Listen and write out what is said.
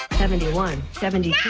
seventy one, seventy